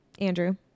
Andrew